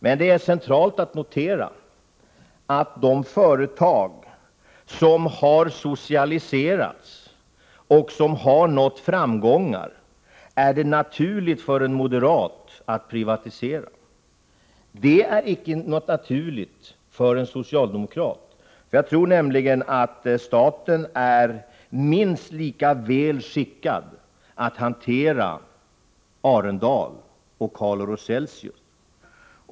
Men det är centralt att notera att det är naturligt för en moderat att vilja privatisera de företag som har socialiserats och som har nått framgångar. Det är icke något naturligt för en socialdemokrat. Jag tror nämligen att staten är minst lika väl skickad att hantera Arendal och Calor-Celsius.